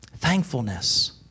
Thankfulness